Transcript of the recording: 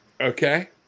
Okay